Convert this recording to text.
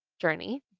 journey